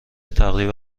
تقریبا